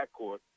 backcourt